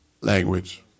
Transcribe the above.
language